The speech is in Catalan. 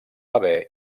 haver